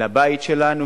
לבית שלנו,